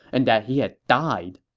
and that he had died.